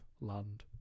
Land